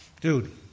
dude